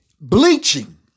bleaching